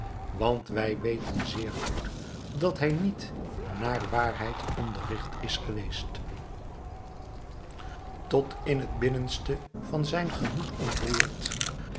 want wij weten zeer goed dat hij niet naar waarheid onderrigt is geweest tot in het binnenste van zijn gemoed ontroerd